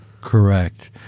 Correct